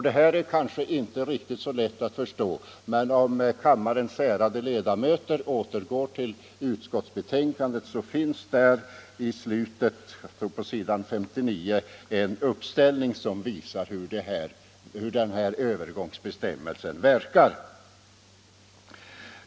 Det här är kanske inte så lätt att förstå, men om kammarens ärade ledamöter går tillbaka till utskottsbetänkandet, skall de på s. 59 finna en uppställning som visar hur den här övergångsbestämmelsen verkar.